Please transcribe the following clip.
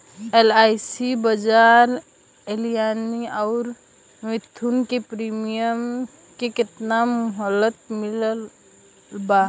LIC Bajaj Allianz आउर मुथूट के premium के केतना मुहलत मिलल बा?